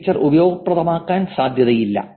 ഈ ഫീച്ചർ ഉപയോഗപ്രദമാകാൻ സാധ്യതയില്ല